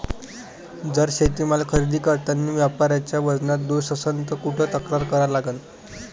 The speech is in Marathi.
जर शेतीमाल खरेदी करतांनी व्यापाऱ्याच्या वजनात दोष असन त कुठ तक्रार करा लागन?